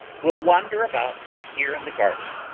will wander about here in the garden,